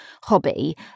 hobby